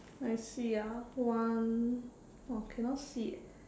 I see ah one !wah! cannot see eh